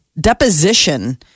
deposition